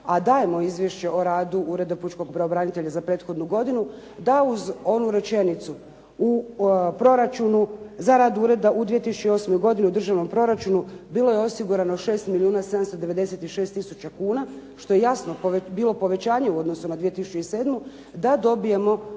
a dajemo izvješće o radu Ureda Pučkog pravobranitelja za prethodnu godinu, da uz onu rečenicu u proračunu za rad ureda u 2008. godini u državnom proračunu bilo je osigurano 6 milijuna 796 tisuća kuna, što je jasno bilo povećanje u odnosu na 2007. da dobijemo